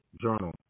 Journal